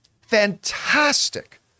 fantastic